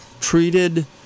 treated